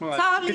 צר לי.